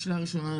שאלה ראשונה,